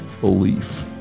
belief